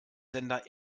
sender